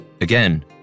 Again